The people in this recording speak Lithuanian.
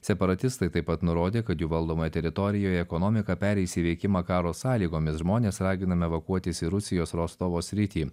separatistai taip pat nurodė kad jų valdomoje teritorijoje ekonomika pereis į veikimą karo sąlygomis žmonės raginami evakuotis į rusijos rostovo sritį